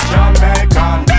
Jamaican